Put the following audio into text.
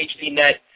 HDNet